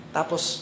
Tapos